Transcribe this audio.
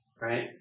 right